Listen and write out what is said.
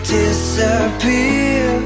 disappear